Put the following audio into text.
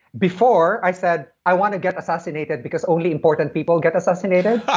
before, i said, i want to get assassinated because only important people get assassinated.